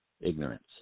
ignorance